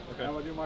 Okay